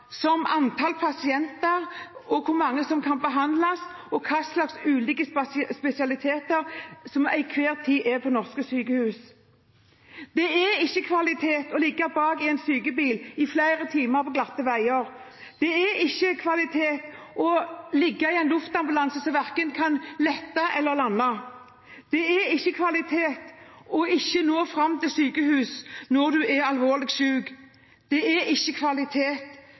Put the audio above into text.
som antall pasienter, hvor mange som kan behandles og hvilke ulike spesialiteter som til enhver tid er på norske sykehus. Det er ikke kvalitet å ligge bak i en sykebil i flere timer på glatte veier. Det er ikke kvalitet å ligge i en luftambulanse som verken kan lette eller lande. Det er ikke kvalitet ikke å nå fram til sykehus når du er alvorlig syk. Dette er ikke kvalitet